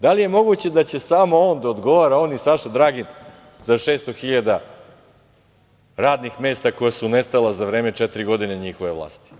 Da li je moguće da će samo on da odgovara, on i Saša Dragin, za 600.000 radnih mesta koja su nestala za vreme četiri godine njihove vlasti?